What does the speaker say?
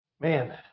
Man